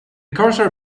cursor